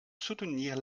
soutenir